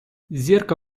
зірка